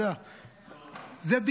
אתה יודע ------ בועז טופורובסקי